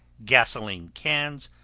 gasoline cans,